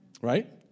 Right